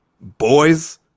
Boys